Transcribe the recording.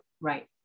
Right